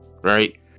Right